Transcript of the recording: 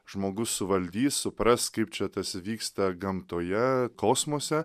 žmogus suvaldys supras kaip čia tas įvyksta gamtoje kosmose